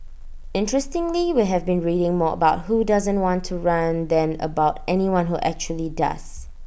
interestingly we have been reading more about who doesn't want to run than about anyone who actually does